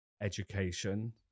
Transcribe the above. education